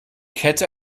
kette